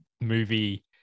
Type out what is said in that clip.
movie